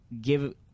give